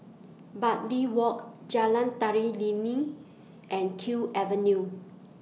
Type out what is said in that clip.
Bartley Walk Jalan Tari Lilin and Kew Avenue